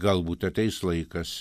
galbūt ateis laikas